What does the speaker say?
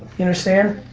you understand?